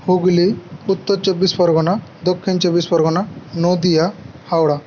হুগলি উত্তর চব্বিশ পরগনা দক্ষিণ চব্বিশ পরগনা নদিয়া হাওড়া